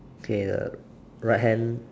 okay right hand